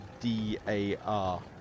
D-A-R